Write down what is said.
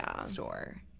store